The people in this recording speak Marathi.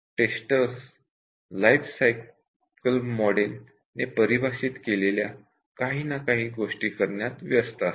टेस्टर्स लाईफसायकल मॉडेल ने निश्चित केलेल्या काही ना काही गोष्टी करण्यात व्यस्त असतात